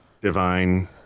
divine